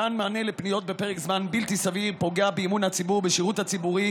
מתן מענה לפניות בפרק זמן בלתי סביר פוגע באמון הציבור בשירות הציבורי